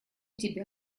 тебя